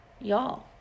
Y'all